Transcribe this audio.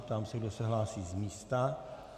Ptám se, kdo se hlásí z místa.